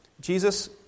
Jesus